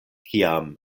kiam